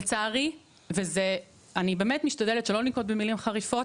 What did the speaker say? לצערי, ואני באמת משתדלת שלא לנקוט במילים חריפות,